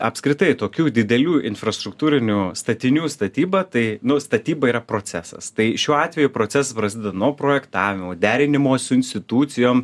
apskritai tokių didelių infrastruktūrinių statinių statyba tai nu statyba yra procesas tai šiuo atveju procesas prasideda nuo projektavimo derinimo su institucijom